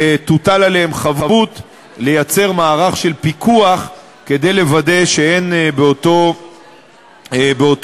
תוטל חבות לייצר מערך של פיקוח כדי לוודא שאין באותו אתר,